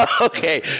Okay